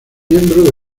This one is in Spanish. miembro